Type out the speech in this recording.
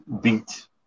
beat